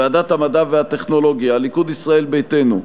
ועדת המדע והטכנולוגיה, הליכוד, ישראל ביתנו: